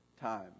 time